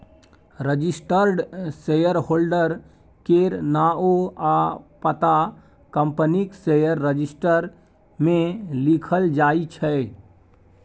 registered shareholder केर नाओ आ पता कंपनीक शेयर रजिस्टर मे लिखल जाइ छै